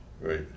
Right